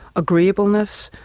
agreeableness,